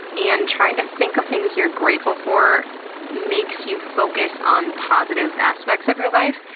and trying to think of things you're grateful for makes you focus on positive aspects of your life.